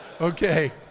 Okay